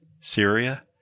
Syria